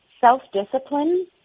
self-discipline